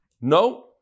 no